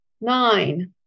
Nine